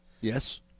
Yes